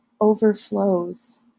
overflows